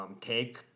Take